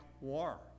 war